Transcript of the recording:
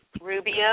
Rubio